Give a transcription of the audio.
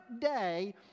day